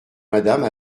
madame